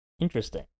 Interesting